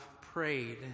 prayed